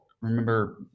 remember